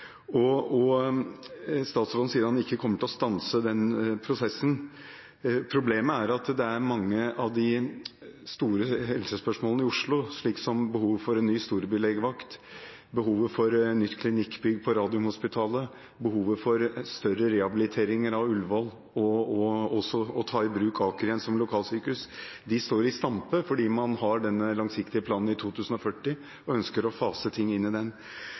Statsråden sier at han ikke kommer til å stanse den prosessen. Problemet er at mange av de store helsespørsmålene i Oslo – behovet for en ny storbylegevakt, behovet for et nytt klinikkbygg på Radiumhospitalet, behovet for større rehabiliteringer av Ullevål og å ta i bruk Aker sykehus som lokalsykehus igjen – står i stampe fordi man har denne langsiktige planen for 2040 og ønsker å fase ting inn i den.